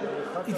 לא, היא לא גונזת.